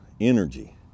energy